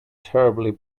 terribly